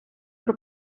про